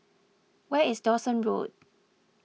where is Dawson Road